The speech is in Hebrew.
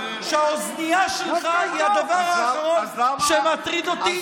שהאוזנייה שלך היא הדבר האחרון שמטריד אותי.